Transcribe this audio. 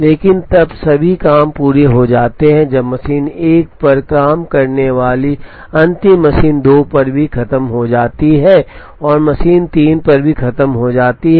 लेकिन तब सभी काम पूरे हो जाते हैं जब मशीन 1 पर काम करने वाली अंतिम मशीन 2 पर भी खत्म हो जाती है और मशीन 3 पर भी खत्म हो जाती है